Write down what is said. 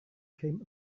came